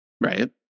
Right